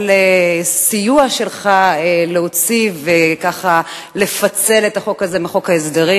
הסיוע שלך להוציא ולפצל את החוק הזה מחוק ההסדרים.